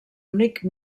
únic